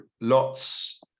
lots